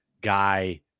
guy